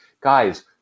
Guys